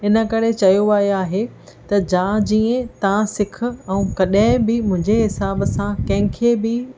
इन करे चयो वियो आहे त जां जीअं तव्हां सिख ऐं कॾहिं बि मुंहिंजे हिसाब सां कंहिंखे बि